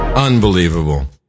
Unbelievable